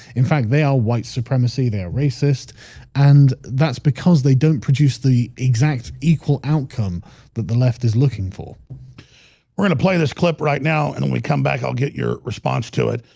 in fact, they are white supremacy. they're racist and that's because they don't produce the exact equal outcome that the left is looking for we're gonna play this clip right now. and when we come back, i'll get your response to it.